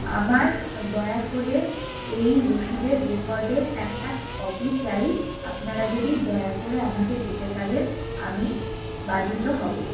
আমার দয়া করে এই রসিদের রেকর্ডের একটা কপি চাই আপনারা যদি দয়া করে আমাকে দিতে পারেন আমি বাধিত হব